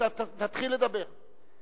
תתחיל לדבר.